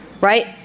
right